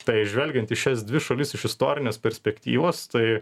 tai žvelgiant į šias dvi šalis iš istorinės perspektyvos tai